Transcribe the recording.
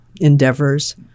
endeavors